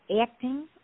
acting